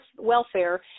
welfare